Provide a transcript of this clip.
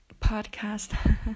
podcast